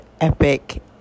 epic